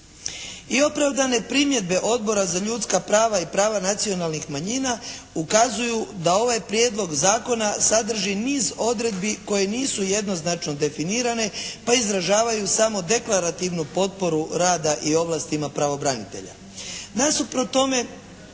I opravdane primjedbe Odbora za ljudska prava i prava nacionalnih manjina ukazuju da ovaj Prijedlog Zakon sadrži niz odredbi koje nisu jednoznačno definirane pa izražavaju samo deklarativnu potporu rada i ovlastima pravobranitelja.